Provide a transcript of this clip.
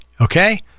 okay